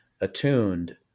attuned